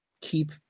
keep